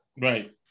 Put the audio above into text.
Right